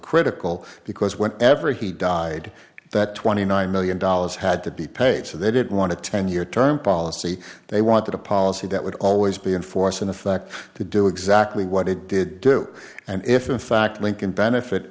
critical because when ever he died that twenty nine million dollars had to be paid so they didn't want to ten year term policy they wanted a policy that would always be in force in effect to do exactly what it did do and if in fact lincoln benefit